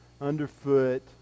underfoot